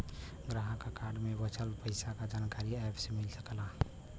ग्राहक क कार्ड में बचल पइसा क जानकारी एप से मिल सकला